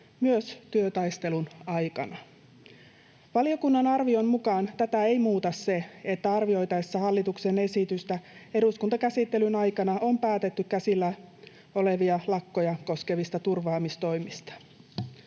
myös työtaistelun aikana. Valiokunnan arvion mukaan tätä ei muuta se, että arvioitaessa hallituksen esitystä eduskuntakäsittelyn aikana on päätetty käsillä olevia lakkoja koskevista turvaamistoimista.